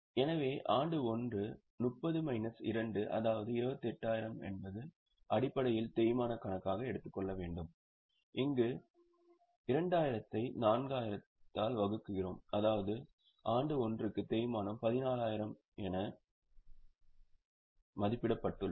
எனவே ஆண்டு 1 30 மைனஸ் 2 அதாவது 28000 என்பது அடிப்படையில் தேய்மான கணக்காக எடுத்துக்கொள்ள வேண்டும் இங்கு 2000 ஐ 4000 ஆல் வகுக்கிறோம் அதாவது ஆண்டு 1 க்கு தேய்மானம் 14000 என மதிப்பிடப்பட்டுள்ளது